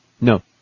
No